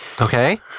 Okay